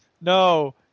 no